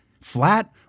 flat